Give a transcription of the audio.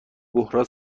بحران